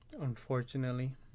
Unfortunately